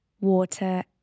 water